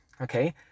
Okay